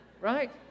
Right